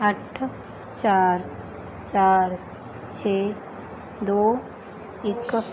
ਅੱਠ ਚਾਰ ਚਾਰ ਛੇ ਦੋ ਇੱਕ